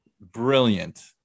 brilliant